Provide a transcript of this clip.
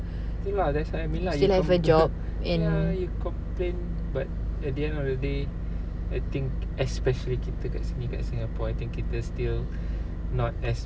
you still have a job and